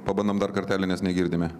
pabandom dar kartelį nes negirdime